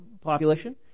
population